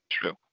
True